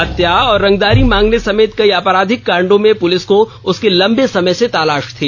हत्या तथा रंगदारी मांगने समेत कई आपराधिक कांडों में पुलिस को उसकी लंबे समय से तलाश थी